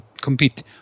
compete